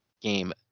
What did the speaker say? game